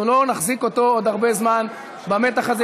אנחנו לא נחזיק אותו עוד הרבה זמן במתח הזה,